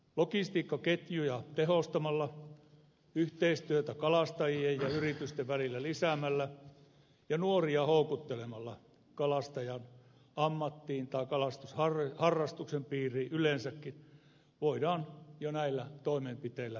logistiikkaketjuja tehostamalla yhteistyötä kalastajien ja yritysten välillä lisäämällä ja houkuttelemalla nuoria kalastajan ammattiin tai kalastusharrastuksen piiriin yleensäkin näillä toimenpiteillä voidaan jo tehdä paljon